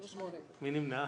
נמנע.